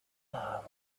love